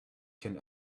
can